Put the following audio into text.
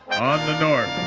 on the north,